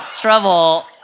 Trouble